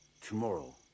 Tomorrow